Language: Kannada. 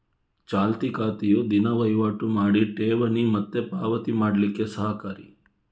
ಚಾಲ್ತಿ ಖಾತೆಯು ದಿನಾ ವೈವಾಟು ಮಾಡಿ ಠೇವಣಿ ಮತ್ತೆ ಪಾವತಿ ಮಾಡ್ಲಿಕ್ಕೆ ಸಹಕಾರಿ